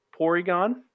Porygon